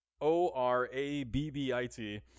O-R-A-B-B-I-T